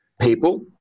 people